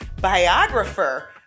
biographer